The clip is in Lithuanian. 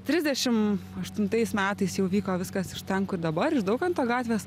trisdešim aštuntais metais jau vyko viskas iš ten kur dabar iš daukanto gatvės